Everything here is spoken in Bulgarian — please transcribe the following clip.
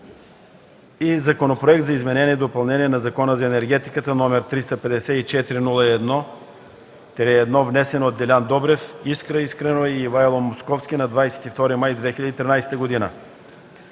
и Законопроект за изменение и допълнение на Закона за енергетиката, № 354-01-1, внесен от Делян Добрев, Искра Искренова и Ивайло Московски на 22 май 2013 г.